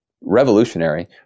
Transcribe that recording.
revolutionary